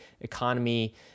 economy